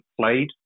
played